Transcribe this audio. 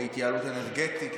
התייעלות אנרגטית,